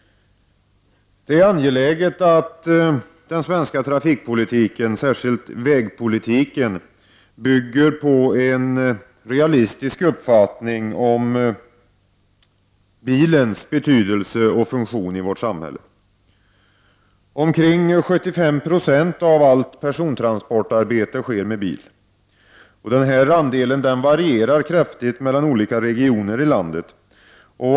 Det är angeläget att den svenska trafikpolitiken, särskilt vägpolitiken, bygger på en realistisk uppfattning om bilens betydelse och funktion i vårt samhälle. Omkring 75 Ze av allt persontransportarbete sker med bil. Denna andel varierar kraftigt mellan olika regioner i landet.